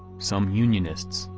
some unionists,